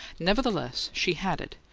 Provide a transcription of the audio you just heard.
nevertheless, she had it,